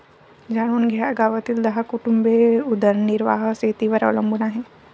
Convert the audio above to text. जाणून घ्या गावातील दहा कुटुंबे उदरनिर्वाह शेतीवर अवलंबून आहे